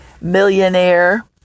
millionaire